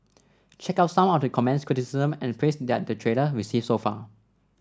check out some of the comments criticism and praise that the trailer received so far